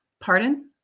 Pardon